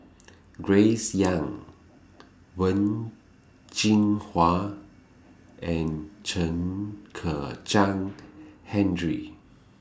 Grace Young Wen Jinhua and Chen Kezhan Henri